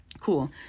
Cool